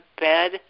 bed